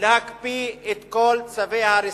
להקפיא את כל צווי ההריסה.